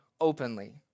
openly